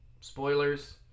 Spoilers